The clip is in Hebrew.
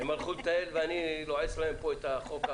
הם הלכו לטייל, ואני לועס להם פה את החוק.